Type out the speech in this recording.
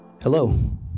Hello